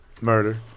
Murder